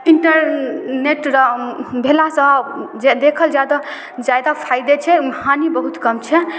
internet रऽ भेलासँ जे देखल जाइ तऽ जादा फाइदे छै ओइमे हानि बहुत कम छै